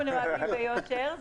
אנחנו נוהגים ביושר.